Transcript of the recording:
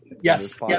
Yes